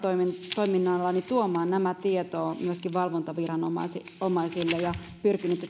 toiminnallani tuomaan nämä tietoon myöskin valvontaviranomaisille ja pyrkinyt